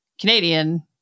Canadian